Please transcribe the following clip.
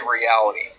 reality